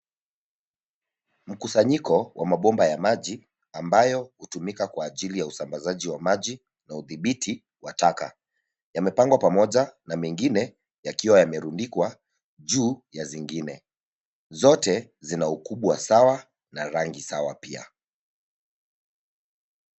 Mkusanyiko wa mabomba ya maji ambayo hutumika kwa ajili ya usambazaji wa maji na udhibiti wa taka. Yamepangwa pamoja na mengine yakiwa yamerundikwa juu ya zingine. Zote zina ukubwa sawa na rangi sawa pia.